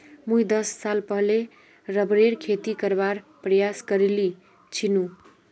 मुई दस साल पहले रबरेर खेती करवार प्रयास करील छिनु